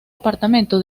apartamento